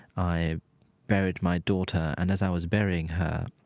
i buried my daughter and, as i was burying her,